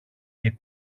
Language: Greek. και